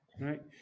Right